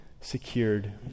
secured